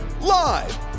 Live